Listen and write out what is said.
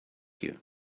you